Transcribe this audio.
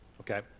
Okay